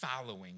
following